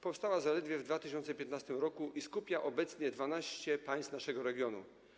Powstała zaledwie w 2015 r. i skupia obecnie 12 państw naszego regionu.